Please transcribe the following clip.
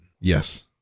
Yes